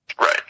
Right